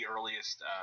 earliest